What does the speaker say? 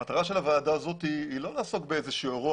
המטרה של הוועדה הזאת היא לא לעסוק באיזשהו אירוע